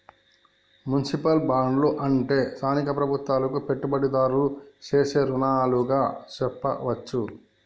municipal బాండ్లు అంటే స్థానిక ప్రభుత్వాలకు పెట్టుబడిదారులు సేసే రుణాలుగా సెప్పవచ్చు